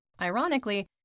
Ironically